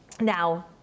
Now